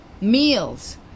meals